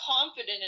confident